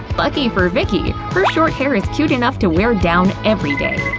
lucky for vicky, her short hair is cute enough to wear down every day.